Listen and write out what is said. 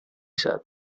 said